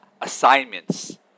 assignments